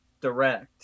direct